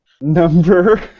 number